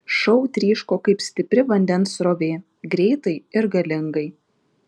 šou tryško kaip stipri vandens srovė greitai ir galingai